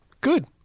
Good